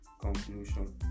conclusion